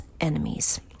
enemies